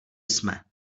jsme